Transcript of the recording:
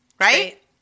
Right